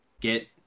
get